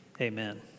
amen